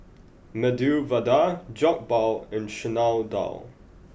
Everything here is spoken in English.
Medu Vada Jokbal and Chana Dal